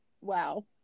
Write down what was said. wow